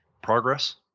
progress